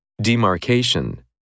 Demarcation